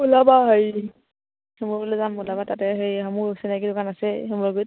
ওলাব হেৰি শিমলুগুৰিলে যাম ওলাবা তাতে সেই মোৰ চিনাকী দোকান আছে শিমলুগুৰিত